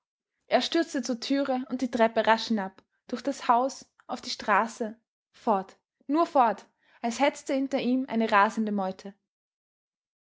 er stürzte zur türe und die treppe rasch hinab durch das haus auf die straße fort nur fort als hetzte hinter ihm eine rasende meute